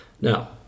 Now